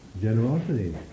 generosity